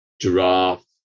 giraffe